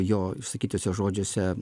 jo išsakytuose žodžiuose